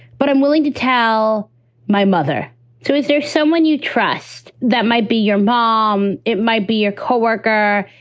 but i'm willing to tell my mother so is there someone you trust that might be your mom? it might be a co-worker.